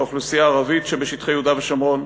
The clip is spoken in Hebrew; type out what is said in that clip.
לאוכלוסייה הערבית שבשטחי יהודה ושומרון,